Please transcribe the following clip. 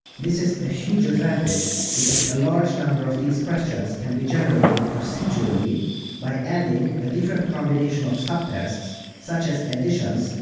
this is a huge advantage because a large number of these questions can be generated procedurally by adding a different combination of subtasks, such as additions,